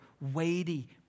weighty